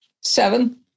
seven